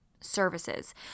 services